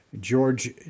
George